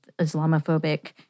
Islamophobic